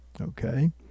Okay